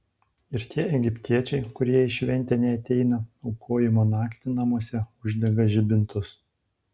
ir tie egiptiečiai kurie į šventę neateina aukojimo naktį namuose uždega žibintus